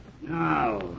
Now